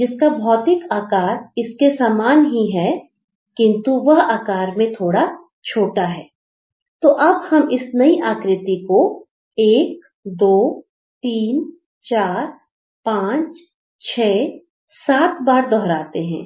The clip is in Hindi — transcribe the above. जिसका भौतिक आकार इसके समान ही है किंतु वह आकार में थोड़ा छोटा है तो अब हम इस नई आकृति को 123456 7 बार दोहराते हैं